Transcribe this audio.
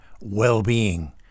well-being